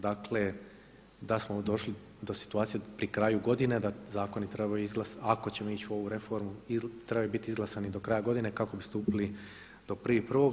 Dakle, da smo došli do situacije pri kraju godine da zakoni trebaju, ako ćemo ići u ovu reformu trebaju biti izglasani do kraja godine kako bi stupili do 1.1.